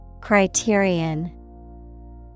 Criterion